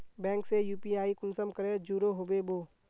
Bank से UPI कुंसम करे जुड़ो होबे बो?